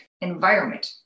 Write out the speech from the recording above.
environment